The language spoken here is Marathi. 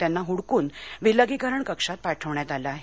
त्यांना हुडकून विलगीकरण कक्षात पाठवण्यात आलं आहे